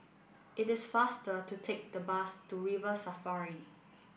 it is faster to take the bus to River Safari